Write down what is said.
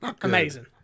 Amazing